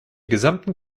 gesamten